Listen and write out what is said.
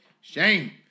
Shame